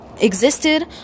existed